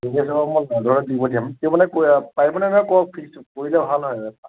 তেতিয়া তোমাক মই দি পঠিয়াম পাৰিবা নে নোৱাৰা কোৱা ফিক্সটো কৰিলে ভাল হয় আৰু